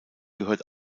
gehört